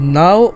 now